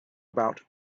about